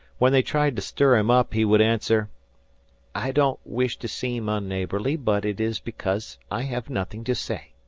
when they tried to stir him up, he would answer i don't wish to seem unneighbourly, but it is because i have nothing to say.